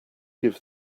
give